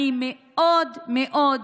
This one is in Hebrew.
אני מאוד מאוד,